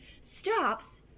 stops